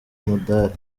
umudari